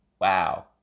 wow